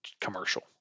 commercial